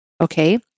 Okay